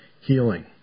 healing